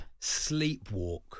sleepwalk